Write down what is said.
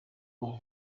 for